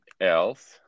else